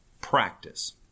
Practice